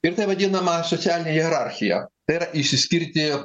ir tai vadinama socialine hierarchija tai yra išsiskirti